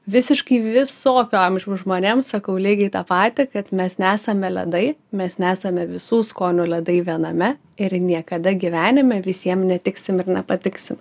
visiškai visokio amžiaus žmonėm sakau lygiai tą patį kad mes nesame ledai mes nesame visų skonių ledai viename ir niekada gyvenime visiem neįtiksim ir nepatiksim